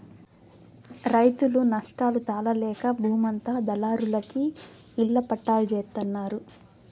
రైతులు నష్టాలు తాళలేక బూమంతా దళారులకి ఇళ్ళ పట్టాల్జేత్తన్నారు